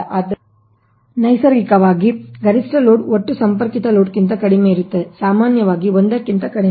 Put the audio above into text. ಆದ್ದರಿಂದ ನೈಸರ್ಗಿಕವಾಗಿ ಗರಿಷ್ಠ ಲೋಡ್ ಒಟ್ಟು ಸಂಪರ್ಕಿತ ಲೋಡ್ಗಿಂತ ಕಡಿಮೆಯಿರುತ್ತದೆ ಸಾಮಾನ್ಯವಾಗಿ ಒಂದಕ್ಕಿಂತ ಕಡಿಮೆ